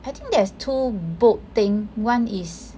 I think there's two boat thing [one] is